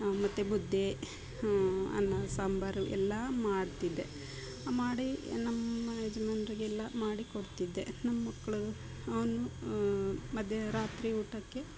ಮತ್ತು ಮುದ್ದೆ ಅನ್ನ ಸಾಂಬಾರು ಎಲ್ಲಾ ಮಾಡ್ತಿದ್ದೆ ಮಾಡಿ ನಮ್ಮ ಯಜಮಾನರಿಗೆಲ್ಲ ಮಾಡಿ ಕೊಡ್ತಿದ್ದೆ ನಮ್ಮ ಮಕ್ಕಳು ಅವನು ಮಧ್ಯ ರಾತ್ರಿ ಊಟಕ್ಕೆ